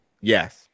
Yes